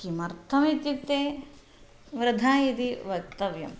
किमर्थम् इत्युक्ते वृथा इति वक्तव्यम्